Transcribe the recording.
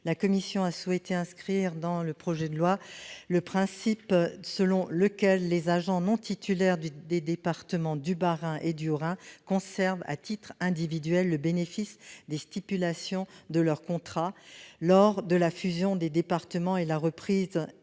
La commission a souhaité inscrire dans le projet de loi le principe selon lequel les agents non titulaires des départements du Bas-Rhin et du Haut-Rhin conservent, à titre individuel, le bénéfice des stipulations de leur contrat lors de la fusion des départements et de la reprise des